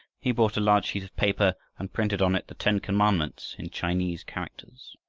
he bought a large sheet of paper, and printed on it the ten commandments in chinese characters.